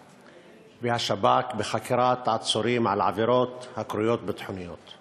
והשב"כ לחקירת עצורים על עבירות הקרויות ביטחוניות.